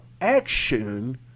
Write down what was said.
action